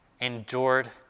endured